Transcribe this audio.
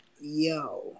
Yo